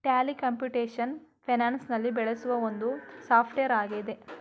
Tally computation finance ನಲ್ಲಿ ಬೆಳೆಸುವ ಒಂದು ಸಾಫ್ಟ್ವೇರ್ ಆಗಿದೆ